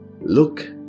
look